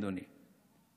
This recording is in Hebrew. אדוני,